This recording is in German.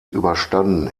überstanden